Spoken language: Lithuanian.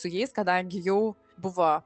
su jais kadangi jau buvo